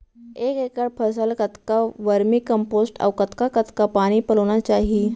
एक एकड़ फसल कतका वर्मीकम्पोस्ट अऊ कतका कतका पानी पलोना चाही?